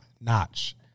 notch